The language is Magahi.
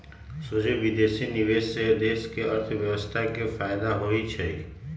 सोझे विदेशी निवेश से देश के अर्थव्यवस्था के फयदा होइ छइ